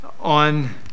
on